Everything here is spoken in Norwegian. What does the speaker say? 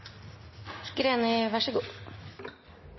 jeg vær så god